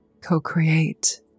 co-create